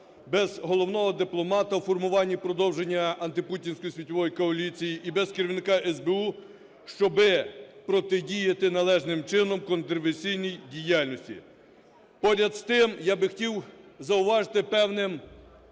без головного дипломата у формуванні продовження антипутінської світової коаліції і без керівника СБУ, щоби протидіяти належним чином в контраверсійній діяльності. Поряд з тим, я би хотів зауважити певним